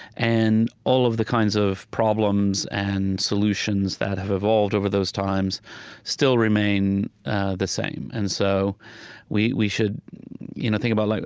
and all of the kinds of problems and solutions that have evolved over those times still remain the same. and so we we should you know think about, like